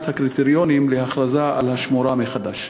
הקריטריונים להכרזה על השמורה מחדש?